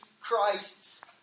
Christ's